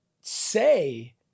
say